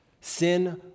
Sin